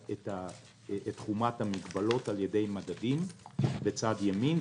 חומרת המגבלות על-ידי מדדים בצד ימין.